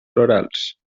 florals